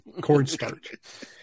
cornstarch